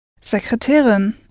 Sekretärin